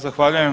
Zahvaljujem.